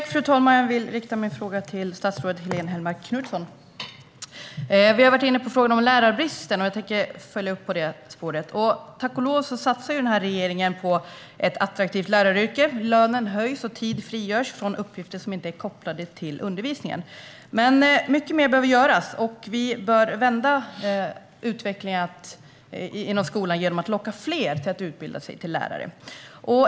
Fru talman! Jag vill rikta min fråga till statsrådet Helene Hellmark Knutsson. Vi har varit inne på frågan om lärarbristen, och jag tänkte följa upp det spåret. Tack och lov satsar regeringen på ett attraktivt läraryrke. Lönen höjs, och tid frigörs från uppgifter som inte är kopplade till undervisningen. Men mycket mer behöver göras, och utvecklingen inom skolan bör vändas genom att vi lockar fler till att utbilda sig till lärare.